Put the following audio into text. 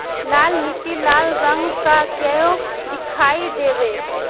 लाल मीट्टी लाल रंग का क्यो दीखाई देबे?